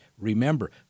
remember